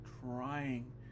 trying